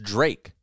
Drake